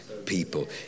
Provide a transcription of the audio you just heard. people